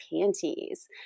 panties